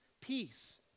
peace